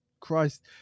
Christ